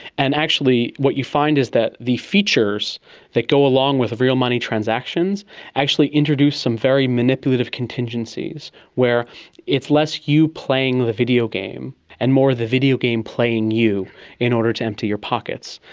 and actually what you find is that the features that go along with the real money transactions actually introduce some very manipulative contingencies where it's less you playing the videogame and more the videogame playing you in order to empty your pockets.